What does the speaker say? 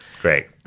Great